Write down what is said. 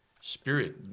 spirit